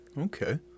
Okay